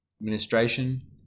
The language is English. administration